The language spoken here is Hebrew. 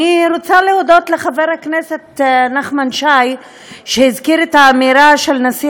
אני רוצה להודות לחבר הכנסת נחמן שי שהזכיר את האמירה של הנשיא